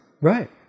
Right